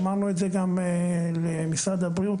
אמרנו את זה גם למשרד הבריאות,